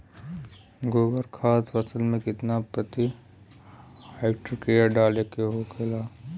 गोबर खाद फसल में कितना प्रति हेक्टेयर डाले के होखेला?